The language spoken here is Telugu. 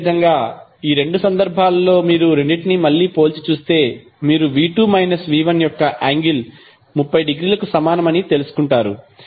అదేవిధంగా ఈ రెండు సందర్భాల్లో మీరు రెండింటినీ మళ్ళీ పోల్చి చూస్తే మీరు v2 మైనస్ v1 యొక్క యాంగిల్ 30 డిగ్రీలకు సమానం అని తెలుసుకుంటారు